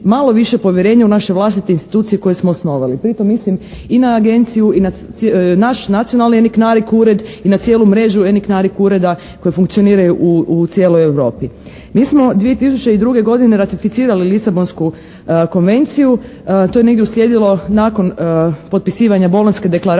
malo više povjerenja u naše vlastite institucije koje smo osnovali. Pritom mislim i na agenciju i na naš nacionalni eniknarik ured i na cijelu mrežu eniknarik ureda koji funkcioniraju u cijeloj Europi. Mi smo 2002. godine ratificirali Lisabonsku konvenciju, to je negdje uslijedilo nakon potpisivanja Bolonjske deklaracije